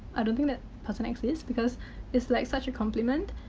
i don't think that person exists because it's like such a compliment.